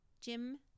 Jim